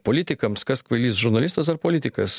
politikams kas kvailys žurnalistas ar politikas